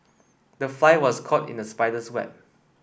the fly was caught in the spider's web